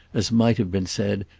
as might have been said,